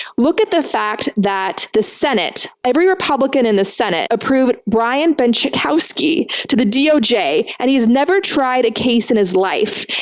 look at the fact that the senate, every republican in the senate approved ryan benczkowski to the doj, and and he's never tried a case in his life,